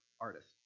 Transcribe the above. artist